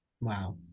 Wow